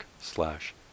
slash